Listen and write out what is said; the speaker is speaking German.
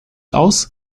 aus